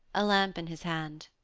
a lamp in his hand.